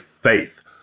faith